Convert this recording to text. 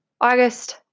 August